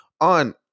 on